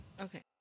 Okay